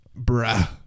Bruh